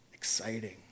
Exciting